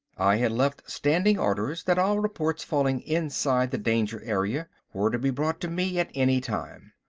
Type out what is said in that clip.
i had left standing orders that all reports falling inside the danger area were to be brought to me at any time.